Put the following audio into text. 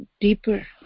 deeper